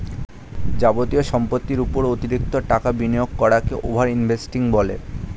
যাবতীয় সম্পত্তির উপর অতিরিক্ত টাকা বিনিয়োগ করাকে ওভার ইনভেস্টিং বলে